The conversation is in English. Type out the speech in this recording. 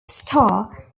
star